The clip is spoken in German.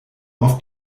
auf